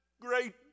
great